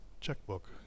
checkbook